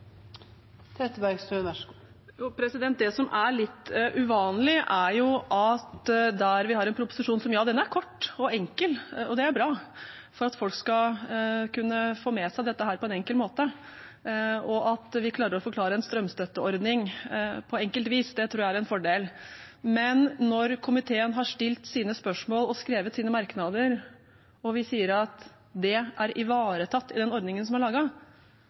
gjør, og så får vi lov til å være uenige. Vi kan ha ulike tolkninger av ting, men å påstå at noen farer med usannheter, synes jeg faktisk vi ikke bør gjøre fra denne talerstolen. Dette er litt uvanlig. Vi har en proposisjon som er kort og enkel, og det er bra for at folk skal kunne få med seg dette på en enkel måte, og at vi klarer å forklare en strømstøtteordning på enkelt vis. Det tror jeg er en fordel. Men når komiteen har stilt sine spørsmål og skrevet sine merknader, og